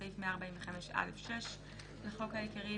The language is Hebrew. תיקון סעיף 124 5. בסעיף 124(א)(1) לחוק העיקרי,